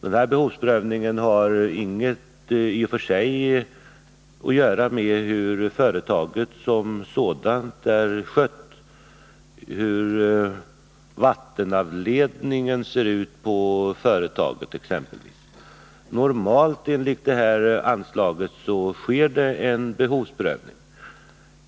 Denna behovsprövning har i och för sig inget att göra med hur företaget som sådant är skött eller hur exempelvis vattenavledningen ser ut på företaget. När det gäller naturkatastrofanslaget sker det normalt en behovsprövning.